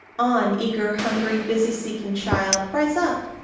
on, eager, hungry, busy-seeking child, rise up,